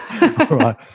Right